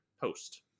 post